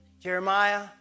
Jeremiah